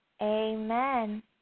Amen